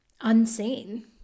unseen